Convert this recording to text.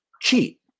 cheat